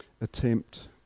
Attempt